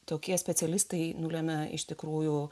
tokie specialistai nulemia iš tikrųjų